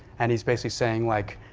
and he's basically saying like,